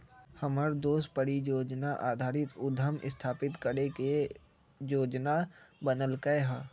हमर दोस परिजोजना आधारित उद्यम स्थापित करे के जोजना बनलकै ह